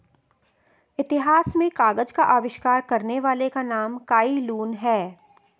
इतिहास में कागज का आविष्कार करने वाले का नाम काई लुन है